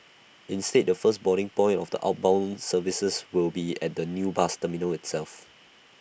instead the first boarding point of the outbound services will be at the new bus terminal itself